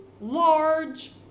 large